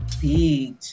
beach